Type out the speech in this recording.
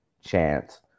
chance